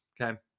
okay